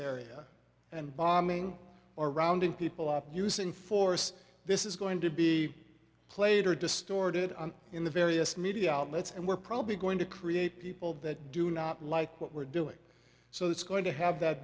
area and bombing or rounding people up using force this is going to be played or distorted in the various media outlets and we're probably going to create people that do not like what we're doing so it's going to have that